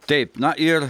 taip na ir